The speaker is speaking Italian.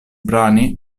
brani